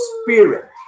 spirit